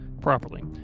properly